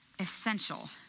essential